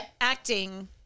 Acting